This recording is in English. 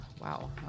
wow